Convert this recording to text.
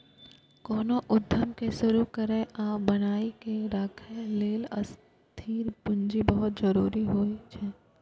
कोनो उद्यम कें शुरू करै आ बनाए के राखै लेल स्थिर पूंजी बहुत जरूरी होइ छै